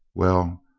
well,